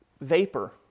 vapor